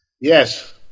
Yes